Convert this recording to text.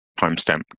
timestamp